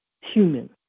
Human